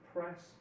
Press